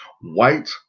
white